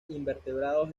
invertebrados